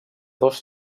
dos